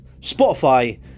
Spotify